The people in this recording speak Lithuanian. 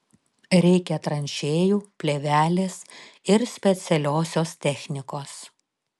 reikia tranšėjų plėvelės ir specialiosios technikos